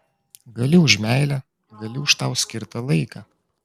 gali už meilę gali už tau skirtą laiką